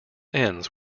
ends